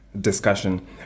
discussion